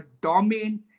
domain